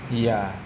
ya